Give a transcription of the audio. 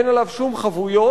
אין עליו שום חבויות.